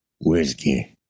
whiskey